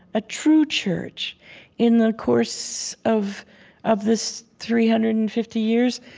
a true church in the course of of this three hundred and fifty years.